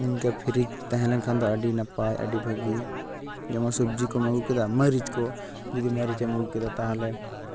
ᱤᱱᱠᱟᱹ ᱯᱷᱨᱤᱡᱽ ᱛᱟᱦᱮᱸᱞᱮᱱᱠᱷᱟᱱ ᱫᱚ ᱟᱹᱰᱤ ᱱᱟᱯᱟᱭ ᱟᱹᱰᱤ ᱵᱷᱟᱹᱜᱤ ᱡᱮᱢᱚᱱ ᱥᱚᱵᱡᱤ ᱠᱚᱢ ᱟᱹᱹᱜᱩ ᱠᱮᱫᱟ ᱢᱟᱨᱤᱪ ᱠᱚ ᱡᱩᱫᱤ ᱢᱟᱨᱤᱪ ᱮᱢ ᱟᱜᱩ ᱠᱮᱫᱟ ᱛᱟᱦᱚᱞᱮ